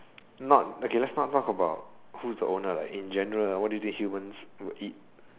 not okay let's not talk about who's the owner like in general what do you think humans would eat